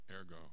ergo